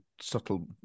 subtle